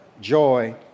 joy